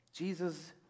Jesus